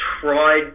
tried